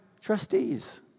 trustees